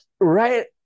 right